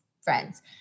friends